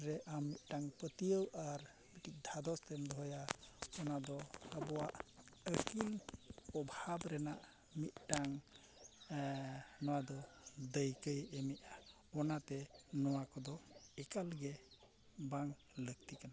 ᱨᱮ ᱟᱢ ᱢᱤᱫᱴᱟᱝ ᱯᱟᱹᱛᱭᱟᱹᱣ ᱟᱨ ᱢᱤᱫᱴᱤᱡ ᱫᱷᱟᱫᱚᱥ ᱮᱢ ᱫᱚᱦᱚᱭᱟ ᱚᱱᱟ ᱫᱚ ᱟᱵᱚᱣᱟᱜ ᱟᱹᱠᱤᱞ ᱚᱵᱷᱟᱵ ᱨᱮᱱᱟᱜ ᱢᱤᱫᱴᱟᱝ ᱱᱚᱣᱟ ᱫᱚ ᱫᱟᱹᱭᱠᱟᱹᱭ ᱮᱢᱮᱜᱼᱟ ᱚᱱᱟᱛᱮ ᱱᱚᱣᱟ ᱠᱚᱫᱚ ᱮᱠᱟᱞ ᱜᱮ ᱵᱟᱝ ᱞᱟᱹᱠᱛᱤ ᱠᱟᱱᱟ